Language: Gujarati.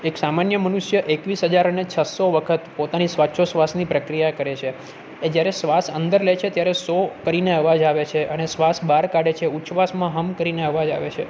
એક સામાન્ય મનુષ્ય એકવીસ હજાર અને છસો વખત પોતાની શ્વાસો શ્વાસની પ્રક્રિયા કરે છે એ જ્યારે શ્વાસ અંદર લે છે ત્યારે સો કરીને અવાજ આવે છે અને શ્વાસ બહાર કાઢે છે ઉચ્છવાસમાં હમ કરીને અવાજ આવે છે